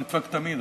נדפק תמיד,